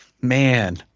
man